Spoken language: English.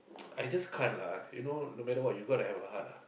I just can't lah you know no matter what you gotta have a heart lah